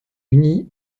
unies